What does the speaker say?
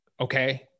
okay